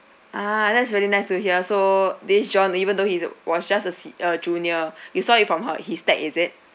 ah that's really nice to hear so this john even though he's a was just a s~ a junior you saw it from her his tag is it